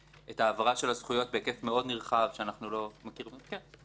העברת הזכויות בהיקף מאוד נרחב וכן הלאה,